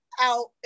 Out